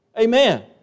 Amen